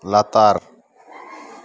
ᱞᱟᱛᱟᱨ